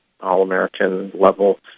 All-American-level